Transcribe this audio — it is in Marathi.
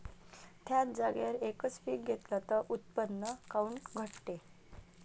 थ्याच जागेवर यकच पीक घेतलं त उत्पन्न काऊन घटते?